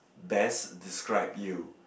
best describe you